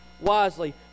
wisely